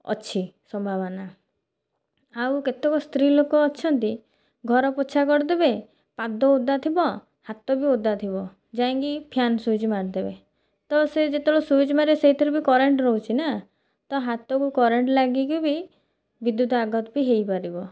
ଅଛି ସମ୍ଭାବନା ଆଉ କେତେକ ସ୍ତ୍ରୀଲୋକ ଅଛନ୍ତି ଘର ପୋଛା କରିଦେବେ ପାଦ ଓଦାଥିବ ହାତ ବି ଓଦାଥିବ ଯାଇକି ଫ୍ୟାନ୍ ସୁଇଚ୍ ମାରିଦେବେ ତ ସେ ଯେତେବେଳେ ସୁଇଚ୍ ମାରିବେ ସେଇଥିରେ ବି କରେଣ୍ଟ୍ ରହୁଛି ନା ତ ହାତକୁ କରେଣ୍ଟ୍ ଲାଗିକି ବି ବିଦ୍ୟୁତ୍ ଆଘାତ ବି ହେଇପାରିବ